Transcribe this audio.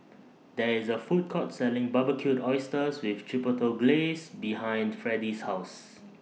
There IS A Food Court Selling Barbecued Oysters with Chipotle Glaze behind Freddie's House